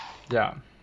ya